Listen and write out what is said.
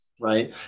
Right